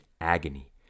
agony